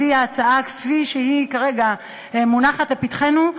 לפי ההצעה כפי שהיא כרגע מונחת לפנינו,